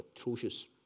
atrocious